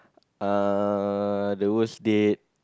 uh the worst date